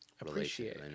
appreciate